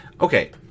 okay